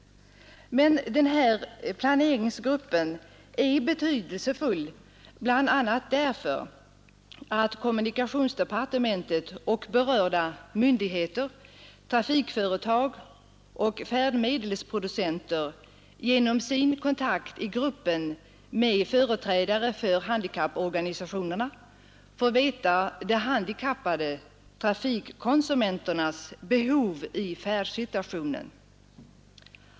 Planeringsgruppen är betydelsefull bl.a. därför att kommunikationsdepartementet och berörda myndigheter, trafikföretag och färdmedelsproducenter genom sin kontakt i gruppen med företrädare för handikapporganisationerna får veta de handikappade trafikkonsumenternas behov i färdsituationen.